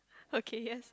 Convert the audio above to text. okay yes